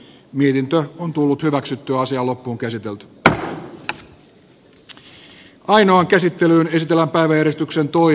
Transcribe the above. miriltä on tullut hyväksytty asia on päätettävä keskustelussa tehdyistä lausumaehdotuksista